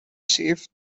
safe